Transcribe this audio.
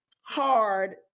hard